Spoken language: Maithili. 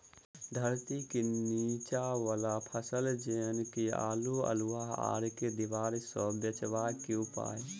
धरती केँ नीचा वला फसल जेना की आलु, अल्हुआ आर केँ दीवार सऽ बचेबाक की उपाय?